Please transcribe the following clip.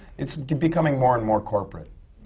it's becoming more and more corporate.